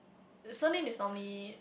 the surname is normally